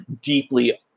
deeply